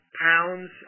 pounds